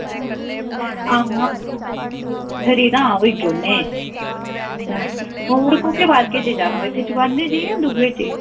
खरी तां होई औने अच्छा कुड़े कोह्के पार्के च जाना चौगानै र जां दूऐ